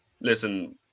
listen